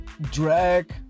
drag